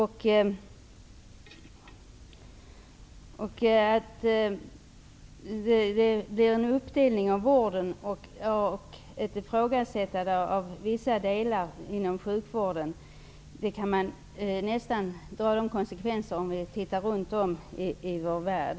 Det innebär en uppdelning av vården och ett ifrågasättande av vissa delar inom sjukvården. Den slutsatsen kan man dra om man tittar runt om i vår värld.